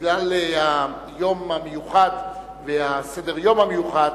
בגלל היום המיוחד וסדר-היום המיוחד,